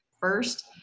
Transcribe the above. first